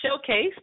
showcase